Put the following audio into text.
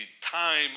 time